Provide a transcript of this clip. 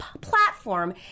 platform